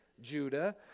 Judah